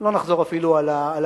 לא נחזור על הכינויים.